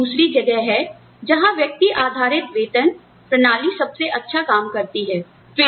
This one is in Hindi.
तो यह एक दूसरी जगह है जहां व्यक्ति आधारित वेतन प्रणाली सबसे अच्छा काम करती है